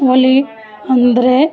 ಹೋಳೀ ಅಂದರೆ